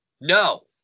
no